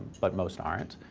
but most aren't.